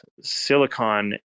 silicon